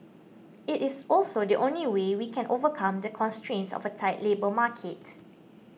it is also the only way we can overcome the constraints of a tight labour market